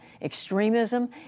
extremism